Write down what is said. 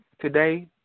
today